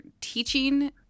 teaching